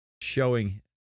showing